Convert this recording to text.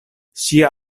ŝia